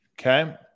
Okay